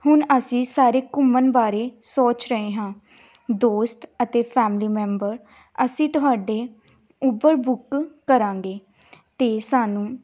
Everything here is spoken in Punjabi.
ਹੁਣ ਅਸੀਂ ਸਾਰੇ ਘੁੰਮਣ ਬਾਰੇ ਸੋਚ ਰਹੇ ਹਾਂ ਦੋਸਤ ਅਤੇ ਫੈਮਲੀ ਮੈਂਬਰ ਅਸੀਂ ਤੁਹਾਡੇ ਉਬਰ ਬੁੱਕ ਕਰਾਂਗੇ ਅਤੇ ਸਾਨੂੰ